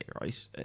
right